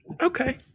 Okay